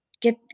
get